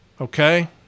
Okay